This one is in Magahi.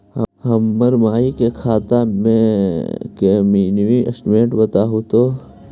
हमर माई के खाता के मीनी स्टेटमेंट बतहु तो?